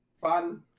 fun